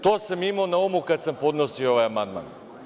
To sam imao na umu kada sam podnosio ovaj amandman.